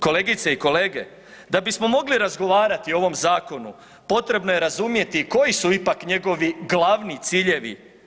Kolegice i kolege, da bismo mogli razgovarati o ovom zakonu potrebno je razumjeti i koji su ipak njegovi glavni ciljevi.